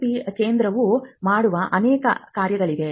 IP ಕೇಂದ್ರವು ಮಾಡುವ ಅನೇಕ ಕಾರ್ಯಗಳಿವೆ